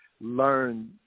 learn